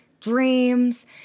dreams